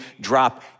drop